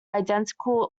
identical